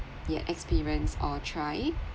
yet experience or try